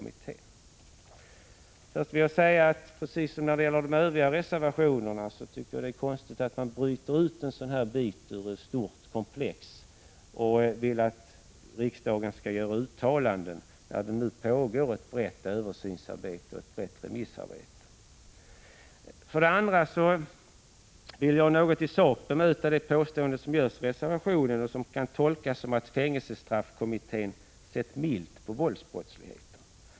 För det första vill jag säga att jag, precis som när det gäller de övriga reservationerna, tycker att det är konstigt att man bryter ut en sådan här bit ur ett stort komplex och vill att riksdagen skall göra uttalanden, när det nu pågår ett brett översynsarbete och ett brett remissarbete. För det andra vill jag något i sak bemöta det påstående som görs i reservationen och som kan tolkas som att fängelsestraffkommittén har sett milt på våldsbrottsligheten.